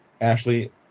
Ashley